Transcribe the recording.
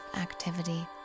activity